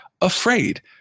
afraid